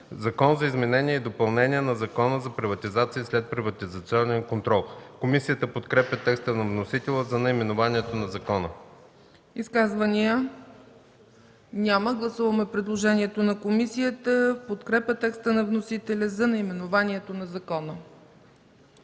„Закон за изменение и допълнение на Закона за приватизация и следприватизационен контрол”. Комисията подкрепя текста на вносителя за наименованието на закона. ПРЕДСЕДАТЕЛ ЦЕЦКА ЦАЧЕВА: Изказвания? Няма. Гласуваме предложението на комисията в подкрепа текста на вносителя за наименованието на закона.